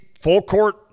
full-court –